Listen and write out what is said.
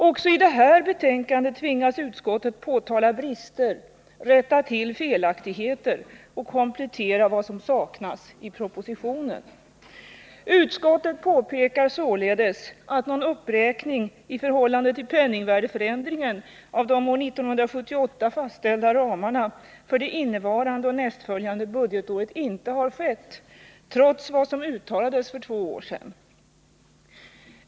Också i detta betänkande tvingas utskottet påtala brister, rätta till felaktigheter och komplettera vad som saknas i propositionen. Utskottet påpekar således, att någon uppräkning i förhållande till penningvärdeförändringen av de år 1978 fastställda ramarna för det innevarande och nästföljande budgetåret inte har skett — trots vad som uttalades för två år sedan.